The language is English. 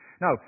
now